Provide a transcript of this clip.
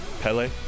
Pele